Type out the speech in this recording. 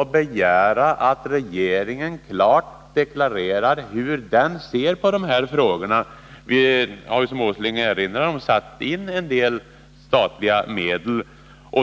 att begära att regeringen klart deklarerar hur den ser på de här frågorna. Vi har ju, som Nils Åsling erinrar om, satsat en del statliga medel.